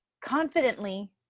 confidently